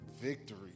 Victory